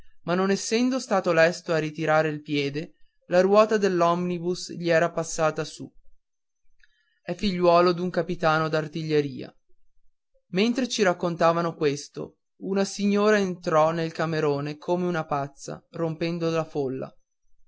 ma non essendo stato lesto a ritirare il piede la ruota dell'omnibus gli era passata su è figliuolo d'un capitano d'artiglieria mentre ci raccontavano questo una signora entrò nel camerone come una pazza rompendo la folla